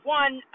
one